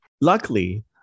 Luckily